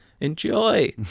enjoy